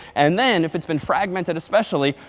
and then, if it's been fragmented especially,